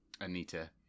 Anita